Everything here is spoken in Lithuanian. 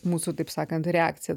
mūsų taip sakant reakcija